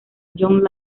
john